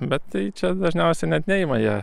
bet tai čia dažniausiai net neima jie